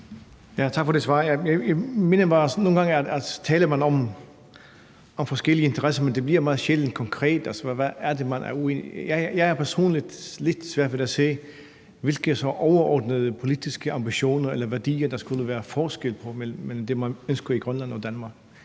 Tak for det svar. Jeg mener bare, at nogle gange taler man om forskellige interesser, men det bliver meget sjældent konkret. Jeg har personligt lidt svært ved at se, hvilke overordnede politiske ambitioner eller værdier der skulle være forskel på mellem det, man ønsker i Grønland og Danmark.